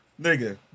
Nigga